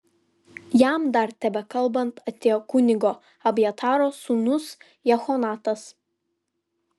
jam dar tebekalbant atėjo kunigo abjataro sūnus jehonatanas